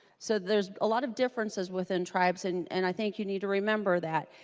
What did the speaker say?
so there's a lot of differences within tribes and and i think you need to remember that.